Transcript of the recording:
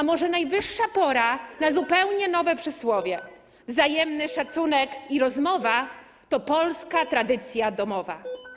A może najwyższa pora na zupełnie nowe przysłowie: wzajemny szacunek i rozmowa to polska tradycja domowa?